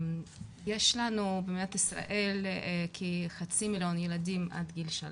יש לנו במדינת ישראל כחצי מיליון ילדים עד גיל 3,